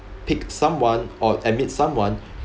pick someone or admit someone